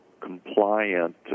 compliant